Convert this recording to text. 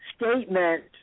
statement